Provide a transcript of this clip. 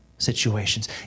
situations